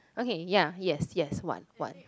okay ya yes yes what what